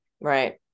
right